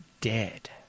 dead